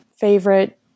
favorite